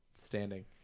standing